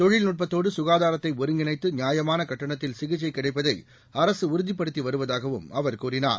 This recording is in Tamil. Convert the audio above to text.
தொழில்நுட்பத்தோடு சுகாதாரத்தை ஒருங்கிணைத்து நியாயமான கட்டணத்தில் சிகிச்சை கிடைப்பதை அரசு உறுதிப்படுத்தி வருவதாகவும் அவர் கூறினார்